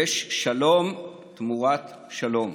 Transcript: יש שלום תמורת שלום.